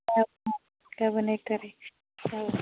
अ अ गाबोन एक तारिख औ